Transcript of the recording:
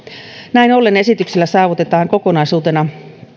näin ollen esityksellä saavutetaan kokonaisuutena myös